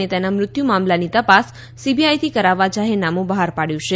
અને તેના મૃત્યુ મામલાની તપાસ સીબીઆઈથી કરાવવા જાહેરનામું બહાર પાડ્યું છે